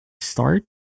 start